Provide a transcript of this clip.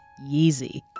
Yeezy